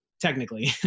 Technically